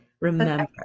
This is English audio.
Remember